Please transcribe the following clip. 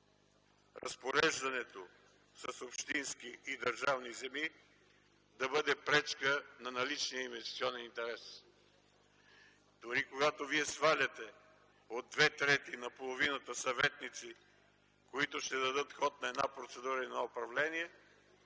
разпореждането с общински и държавни земи да бъде пречка на наличен инвестиционен интерес. Дори когато вие сваляте от две трети на половината съветници, които ще дадат ход на една процедура и едно управление,